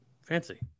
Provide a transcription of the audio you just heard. Fancy